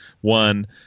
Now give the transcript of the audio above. One